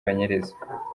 banyereza